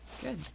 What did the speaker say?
Good